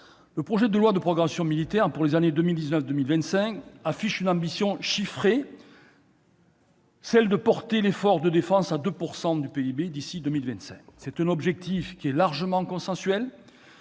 Le projet de loi relatif à la programmation militaire pour les années 2019 à 2025 affiche une ambition chiffrée, celle de porter l'effort de défense à 2 % du PIB d'ici à 2025. C'est un objectif qui est largement consensuel